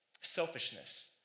selfishness